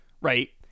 right